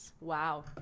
wow